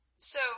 so